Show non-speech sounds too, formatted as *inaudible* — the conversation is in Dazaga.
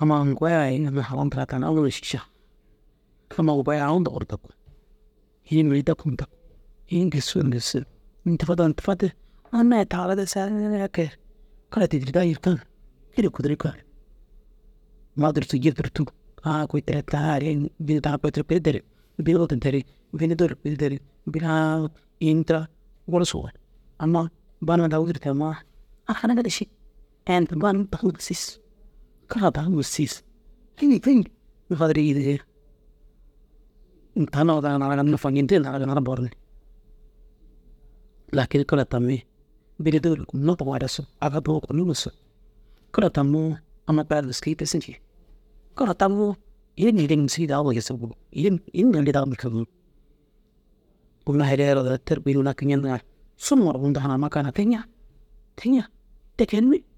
Amma uŋkoyaa ini ginna hala ntiraa kaa na unnu re šiša. Amma uŋgoyaa au hundu buru daku. *unintelligible* ini gisuu ni gisu in tufadaa ni tufade unnu ai taara dêri saaker kira tîdirdaa jirkan kîra kûdura kaa. Ma dûrtug ji dûrtug ãã kôi tira tani arii in bini tani kôi tira kuri darig. Bini ôdo derig, bini dôr kuri derig, bini ãã in tira gursuu ye amma banaa daa wûdur tammaa ai hanagare ši. Ai unnu tinda *unintelligible* kira taame siis. *unintelligible* nufadirii jii diye. Ini tani nufadirigaa naara ginna nafañindigire naara ginnar boru ni. Lakin kira tammi bini dôole kunnore ussu amai dogoo kunno na ussu. Kira tammoo amma taa ru gîskei bes ncii. Kira taŋoo ini neere *unintelligible* yim ini neere daama kisiŋ. Unnu halii ai ru ordinater kui numa ru naki ñentiŋa ru suru numa ruun ndoo hananima kaanaa te ña? Te ña te geenimmi.